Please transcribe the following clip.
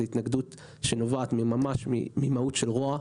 זאת התנגדות שנובעת ממהות של רוע.